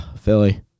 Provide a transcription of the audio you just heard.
Philly